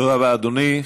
תודה רבה, אדוני.